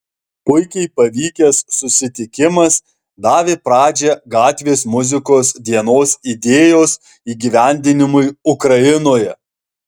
puikiai pavykęs susitikimas davė pradžią gatvės muzikos dienos idėjos įgyvendinimui ukrainoje